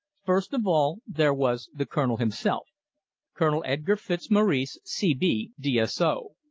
first of all there was the colonel himself colonel edgar fitzmaurice, c b, d s o,